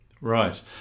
Right